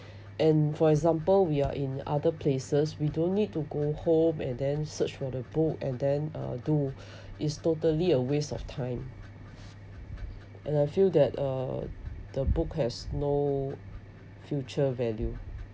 and for example we are in other places we don't need to go home and then search for the book and then uh do is totally a waste of time and I feel that uh the book has no future value